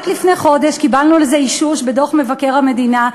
רק לפני חודש קיבלנו על זה אישוש בדוח מבקר המדינה,